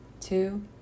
two